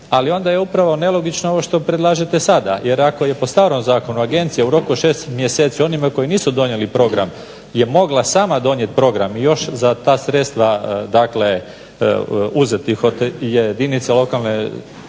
Ali onda je upravo nelogično ono što predlažete sada jer ako je po starom zakonu agencija u roku od 6 mjeseci onima koji nisu donijeli program je mogla sama donijeti program još za ta sredstava uzeti jedinice lokalne